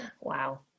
Wow